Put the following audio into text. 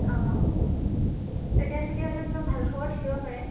অঁ তেতিয়া চাগে হয়তো কিবা ভাল খবৰ থাকিব পাৰে